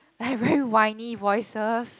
like very whinny voices